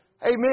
Amen